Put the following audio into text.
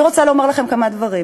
אני רוצה לומר לכם כמה דברים: